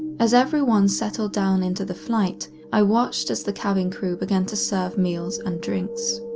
as everyone settled down into the flight, i watched as the cabin crew began to serve meals and drinks.